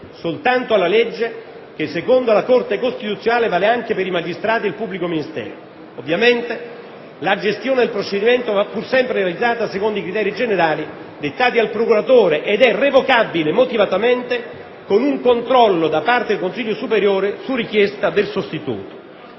«soltanto» alla legge che secondo la Corte costituzionale vale anche per i magistrati del pubblico ministero; ovviamente la gestione del procedimento va pur sempre realizzata secondo i criteri generali dettati dal procuratore ed è revocabile motivatamente, con un controllo da parte del Consiglio superiore su richiesta del sostituto;